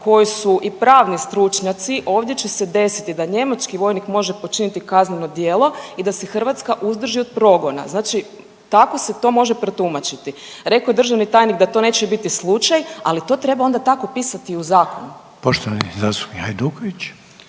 koji su i pravni stručnjaci, ovdje će se desiti da njemački vojnik može počiniti kazneno djelo i da se Hrvatska uzdrži od progona. Znači tako se to može protumačiti. Rekao je državni tajni da to neće biti slučaj, ali to treba onda tako pisati i u zakonu. **Reiner, Željko